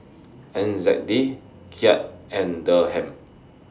N Z D Kyat and Dirham